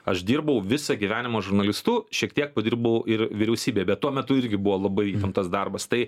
aš dirbau visą gyvenimą žurnalistu šiek tiek padirbau ir vyriausybėje bet tuo metu irgi buvo labai įtemptas darbas tai